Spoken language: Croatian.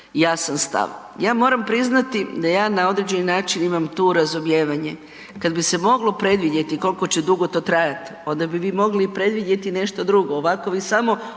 jasan stav. Ja moram priznati da ja na određeni način imam tu razumijevanje. Kad bi se moglo predvidjeti koliko će dugo to trajati onda bi mi mogli i predvidjeti nešto drugo ovako vi samo